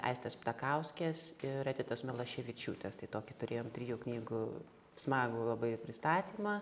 aistės ptakauskės ir editos milaševičiūtės tai tokį turėjome trijų knygų smagų labai pristatymą